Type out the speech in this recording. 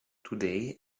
today